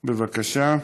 בבקשה.